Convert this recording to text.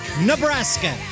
Nebraska